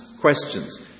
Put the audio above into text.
questions